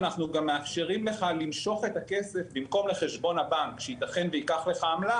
אנחנו מאפשרים לך למשוך את הכסף במקום לחשבון הבנק שיתכן וייקח לך עמלה,